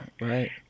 Right